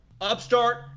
Upstart